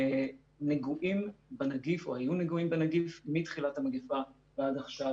נגועים בנגיף או היו נגועים בנגיף מתחילת המגפה ועד עכשיו.